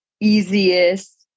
easiest